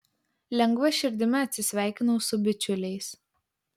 lengva širdimi atsisveikinau su bičiuliais